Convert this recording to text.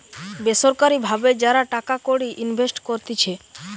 বেসরকারি ভাবে যারা টাকা কড়ি ইনভেস্ট করতিছে